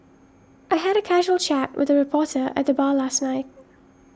I had a casual chat with a reporter at the bar last night